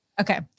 Okay